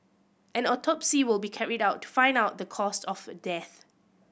an autopsy will be carried out to find out the caused of death